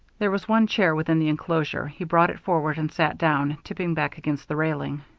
there was one chair within the enclosure he brought it forward and sat down, tipping back against the railing.